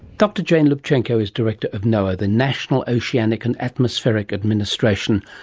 dr jane lubchenco is director of noaa, the national oceanic and atmospheric administration,